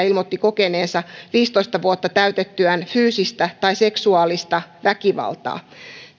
ilmoitti kokeneensa viisitoista vuotta täytettyään fyysistä tai seksuaalista väkivaltaa